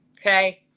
Okay